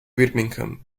birmingham